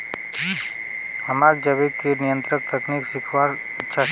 हमाक जैविक कीट नियंत्रण तकनीक सीखवार इच्छा छ